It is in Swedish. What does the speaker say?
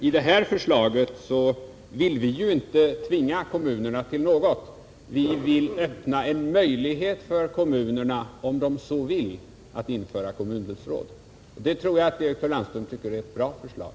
I detta förslag vill vi inte tvinga kommunerna till någonting; vi vill öppna en möjlighet för dem att om de så vill införa kommundelsråd. Det tror jag att direktör Landström tycker är ett bra förslag.